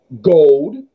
gold